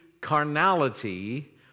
carnality